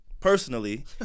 Personally